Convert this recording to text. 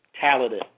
talented